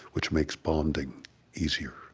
which makes bonding easier.